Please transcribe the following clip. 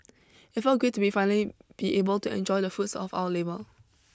it felt great to be finally be able to enjoy the fruits of our labour